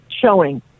showing